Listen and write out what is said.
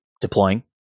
deploying